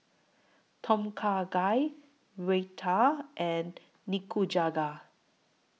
Tom Kha Gai Raita and Nikujaga